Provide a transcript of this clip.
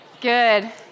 Good